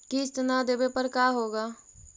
किस्त न देबे पर का होगा?